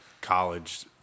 college